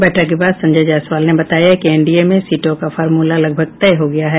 बैठक के बाद संजय जायसवाल ने बताया कि एनडीए में सीटों का फार्मूला लगभग तय हो गया है